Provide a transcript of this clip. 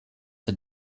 had